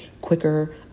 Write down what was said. quicker